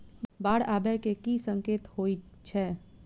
बाढ़ आबै केँ की संकेत होइ छै?